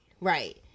Right